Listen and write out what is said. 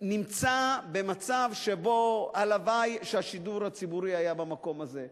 נמצא במצב שהלוואי שהשידור הציבורי היה במקום הזה,